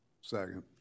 Second